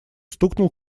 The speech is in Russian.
стукнул